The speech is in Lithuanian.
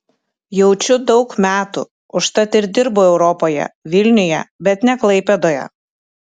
jaučiu daug metų užtat ir dirbu europoje vilniuje bet ne klaipėdoje